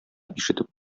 ишетеп